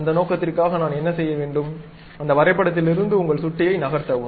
அந்த நோக்கத்திற்காக நான் என்ன செய்ய வேண்டும் அந்த வரைபடத்திலிருந்து உங்கள் சுட்டியை நகர்த்தவும்